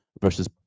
versus